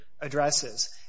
addresses